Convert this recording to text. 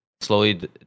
slowly